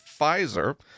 Pfizer